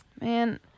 Man